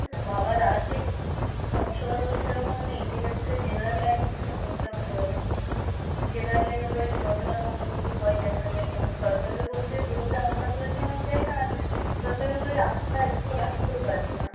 বাবার আর্থিক সচ্ছলতা তো সেরকম নেই সেক্ষেত্রে জেনারেল লাইনেই হয়তো পড়তে হতে পারে জেনারেল লাইনে পড়ে যতটা সম্ভব কী হয় দেখা যাক কারণ সরকারের উপর থেকে পুরোপুরি আস্থা তুলে নেওয়াও যায় না আর সরকারের উপরে আস্থা একটুও রাখতেও পারছি না